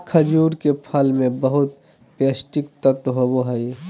खजूर के फल मे बहुत पोष्टिक तत्व होबो हइ